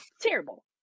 Terrible